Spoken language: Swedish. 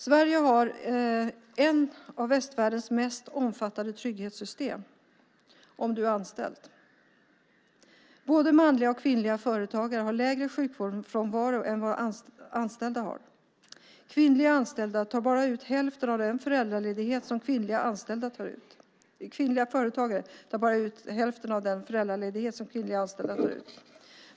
Sverige har ett av västvärldens mest omfattande trygghetssystem - om man är anställd. Både manliga och kvinnliga företagare har lägre sjukfrånvaro än vad anställda har. Kvinnliga företagare tar bara ut hälften av den föräldraledighet som kvinnliga anställda tar ut.